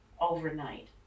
overnight